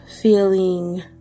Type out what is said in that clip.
feeling